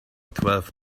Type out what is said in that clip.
twelve